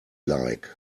like